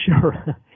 sure